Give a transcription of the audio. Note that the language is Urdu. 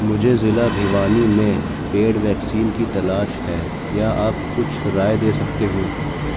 مجھے ضلع بھیوانی میں پیڈ ویکسین کی تلاش ہے کیا آپ کچھ رائے دے سکتے ہو